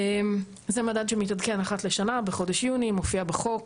זה מדד שמתעדכן אחת לשנה בחודש יוני, מופיע בחוק.